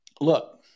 Look